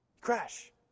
Crash